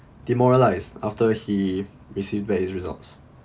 demoralised after he received back his results